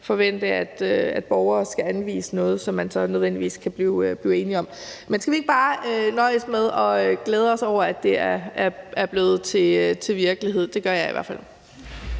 forvente, at borgere skal anvise noget, som man nødvendigvis kan blive enig om. Men skal vi ikke bare nøjes med at glæde os over, at det er blevet til virkelighed? Det gør jeg i hvert fald.